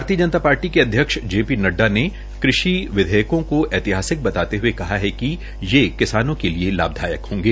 भारतीय जनता पार्टी के अध्यक्ष जे पी नड़डा ने कृषि विधेयकों को ऐतिहासिक बताते हये कहा है कि ये किसानों के लिए लाभदायक होंगे